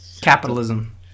capitalism